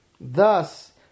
thus